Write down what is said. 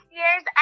years